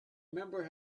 remember